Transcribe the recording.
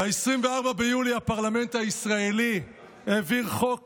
ב-24 ביולי הפרלמנט הישראלי העביר חוק